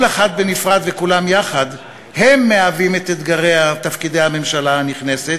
כל אחד בנפרד וכולם יחד הם אתגרי ותפקידי הממשלה הנכנסת,